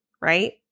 right